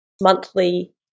monthly